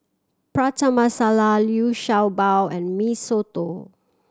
Prata Masala Liu Sha Bao and Mee Soto